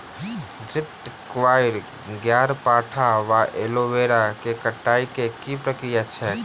घृतक्वाइर, ग्यारपाठा वा एलोवेरा केँ कटाई केँ की प्रक्रिया छैक?